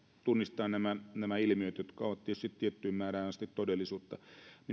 tunnistaa nämä nämä ilmiöt jotka ovat tietysti tiettyyn määrään asti todellisuutta